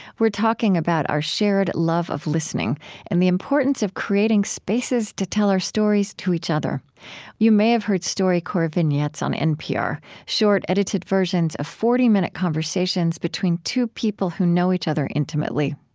we're talking about our shared love of listening and the importance of creating spaces to tell our stories to each other you may have heard storycorps vignettes on npr short, edited versions of forty minute conversations between two people who know each other intimately.